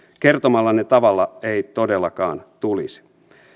kertomallanne tavalla ei todellakaan tulisi